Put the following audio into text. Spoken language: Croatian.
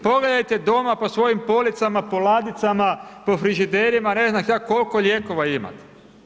Pogledajte doma po svojim policama po ladicama, po frižiderima, ne znam šta, koliko lijekova ima.